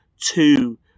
two